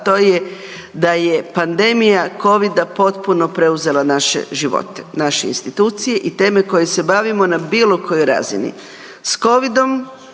a to je da je pandemija Covida potpuno preuzela naše živote, naše institucije i teme kojima se bavimo na bilo kojoj razini. S Covidom